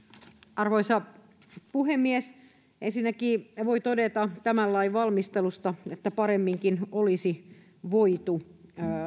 arvoisa puhemies ensinnäkin voi todeta tämän lain valmistelusta että paremminkin olisi voitu